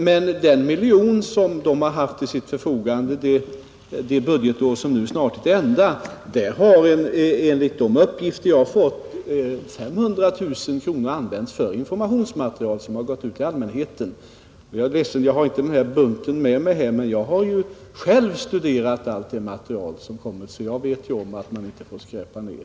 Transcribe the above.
Av den miljon som kommittén har haft till sitt förfogande under det budgetår som nu snart är till ända har, enligt de uppgifter jag har fått, 500 000 kronor använts för informationsmaterial som har gått ut till allmänheten, Jag är ledsen att jag inte har den bunten med mig, men jag har själv studerat allt det material som kommit, så jag vet om att man inte får skräpa ned.